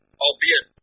albeit